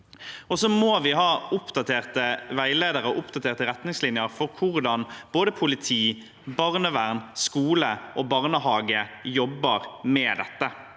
og oppdaterte retningslinjer for hvordan både politi, barnevern, skole og barnehage jobber med dette.